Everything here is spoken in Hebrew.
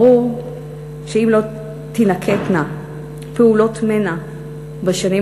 ברור שאם לא תינקטנה פעולות מנע בשנים